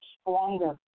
stronger